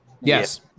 Yes